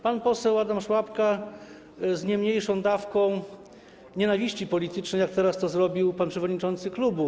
Pan poseł Adam Szłapka z nie mniejszą dawką nienawiści politycznej, niż teraz to zrobił pan przewodniczący klubu.